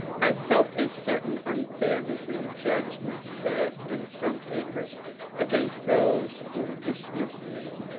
i felt a certain unfairness in the judgments passed in some papers against those who dbmissed me.